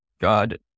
God